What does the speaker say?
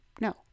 No